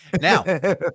Now